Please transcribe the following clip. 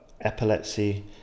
epilepsy